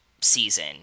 season